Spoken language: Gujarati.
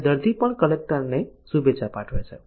અને દર્દી પણ કલેક્ટરને શુભેચ્છા પાઠવે છે